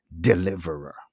deliverer